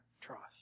trust